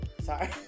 Sorry